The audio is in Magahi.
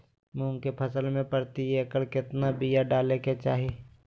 मूंग की फसल में प्रति एकड़ कितना बिया डाले के चाही?